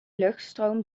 luchtstroom